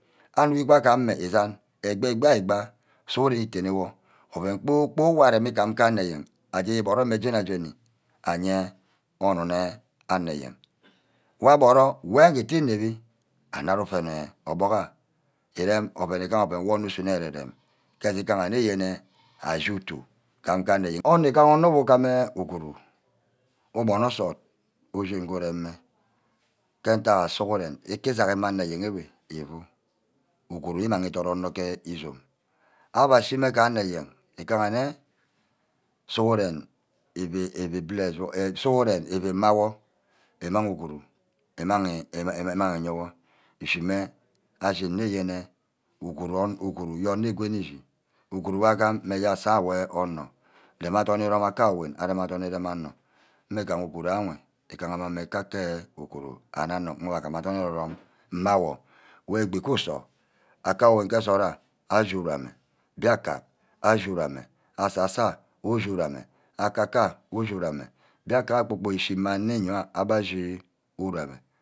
Anuk gbe agam mme isan. egbi ba egba suhu-ren itene wor oven kpor-kpork wor arem igam ke anor ayen. aje íboro mme jení-jení aye onun eh anor eyen. wa boro. wawor ete înep-bi anard ufen orbuck your. írem oven igaha wor onor usunne ere-rem ke je gaha nne yenne ashi utu ka-ka ne yen onor ugaha onor ugam eh uguru ubonor nsort ushin nge ureme. ke ntack sughuren îku uguru imagi ídit onor ke ízome. ava shime ga anor eyen igaha-nne sughuren euu bless wor, sughuren euu imawor. imang uguru. imang iyewor. shime ashine yenne. uguru onor gonni ishi. uguru wor agam mme je asa wer onor. rem adorn irome aka wen. areme adorn îrome anor. mme gaha uguru enwe igaha mme kake uguru and anor nga guma adorn ere-rum mme awor wey egbi kusor aka wey ke nsort we ashi uru amme biaka ashi uru ame. asasa wor ushi uru amme. aka ka awor ushi uru ame mbiaka ayo kpor-kpork ishi mma niaha abbe ashi uru ame